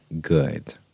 good